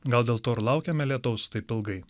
gal dėl to ir laukiame lietaus taip ilgai